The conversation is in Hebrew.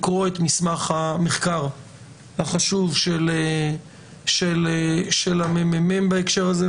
לקרוא את מסמך המחקר החשוב של הממ"מ בהקשר הזה,